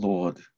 Lord